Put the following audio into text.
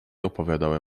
opowiadały